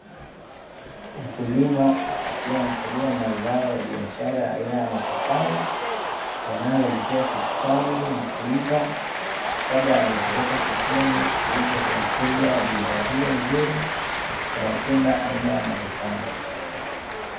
Mkulima akiwa anakagua mazao ya biashara aina ya mapapai, yanayoelekea kustawi na kuiva kabla hayajapelekwa sokoni kuuzwa kwa wateja wa bidhaa hiyo nzuri ya matunda aina ya mapapai.